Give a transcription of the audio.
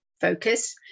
focus